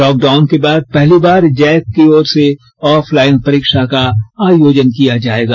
lockdown के बाद पहली बार जैक की ओर से ऑफलाइन परीक्षा का आयोजन किया जायेगा